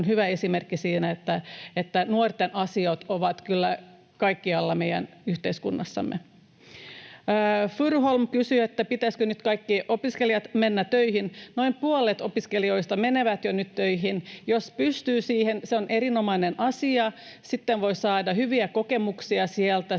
on hyvä esimerkki siitä, että nuorten asiat ovat kyllä kaikkialla meidän yhteiskunnassamme. Furuholm kysyi, pitäisikö nyt kaikkien opiskelijoiden mennä töihin. Noin puolet opiskelijoista menee jo nyt töihin. Jos pystyy siihen, se on erinomainen asia. Sitten voi saada hyviä kokemuksia sieltä.